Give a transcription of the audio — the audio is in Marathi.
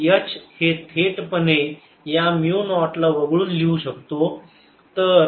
मी H हे थेटपणे या म्यु नॉटला वगळून लिहू शकतो